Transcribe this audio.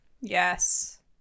Yes